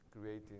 creating